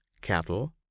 cattle